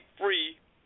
free—